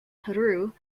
peru